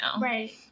right